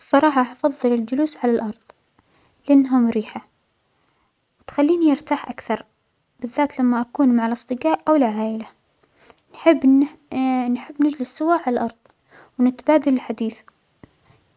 الصراحة أفظل الجلوس على الأرض لأنها مريحة بتخلينى أرتاح أكثر بالذات لما أكون مع الأجدقاء أو العائلة، نحب أن. نحب نجلس سوا عالأرظ ونتبادل الحديث،